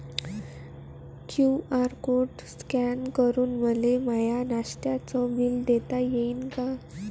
QR code scan करून मले माय नास्त्याच बिल देता येईन का?